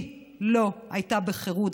היא לא הייתה בחירות,